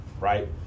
right